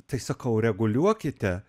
tai sakau reguliuokite